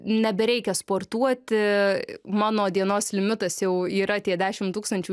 nebereikia sportuoti mano dienos limitas jau yra tie dešim tūkstančių